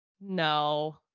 no